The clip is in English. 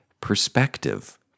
perspective